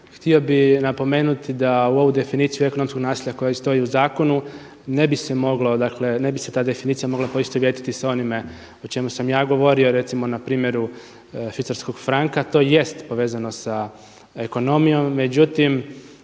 Htio bih napomenuti da u ovu definiciju ekonomskog nasilja koja stoji u zakonu ne bi se moglo dakle ne bi se ta definicija mogla poistovjetiti sa onime o čemu sam ja govorio. Recimo na primjeru švicarskog franka, to jest povezano sa ekonomijom, međutim